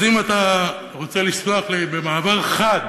אז אם אתה רוצה לסלוח לי, במעבר חד